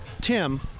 Tim